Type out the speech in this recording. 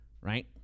right